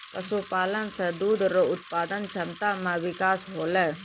पशुपालन से दुध रो उत्पादन क्षमता मे बिकास होलै